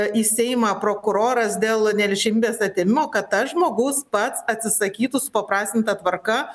į seimą prokuroras dėl neliečiamybės atėmimo kad tas žmogus pats atsisakytų supaprastinta tvarka